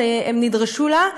שנדרשה להם,